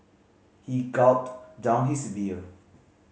he gulped down his beer